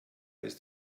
ist